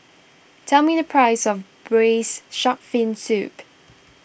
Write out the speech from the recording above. tell me the price of Braised Shark Fin Soup